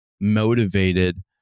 motivated